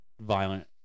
violent